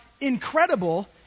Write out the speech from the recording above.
incredible